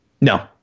No